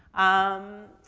um,